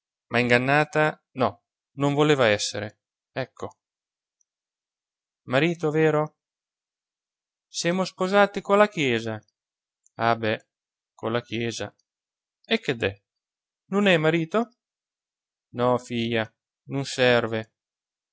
ma ingannata no non voleva essere ecco marito vero semo sposati co la chiesa ah be co la chiesa e ched'è nun è marito no fija nun serve